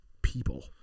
people